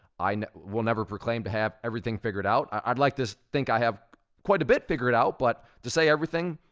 i will never proclaim to have everything figured out. i'd like to think i have quite a bit figured out, but to say everything,